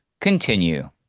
continue